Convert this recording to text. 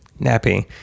Nappy